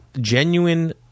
genuine